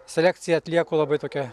selekciją atlieku labai tokią